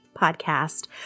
podcast